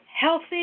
healthy